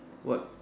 what